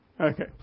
Okay